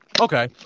Okay